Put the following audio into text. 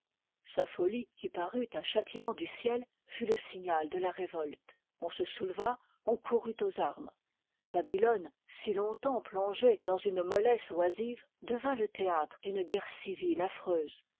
sa folie qui parut un châtiment du ciel fut le signal de la révolte on se souleva on courut aux armes babylone si long-temps plongée dans une mollesse oisive devint le théâtre d'une guerre civile affreuse